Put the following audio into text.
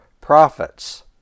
profits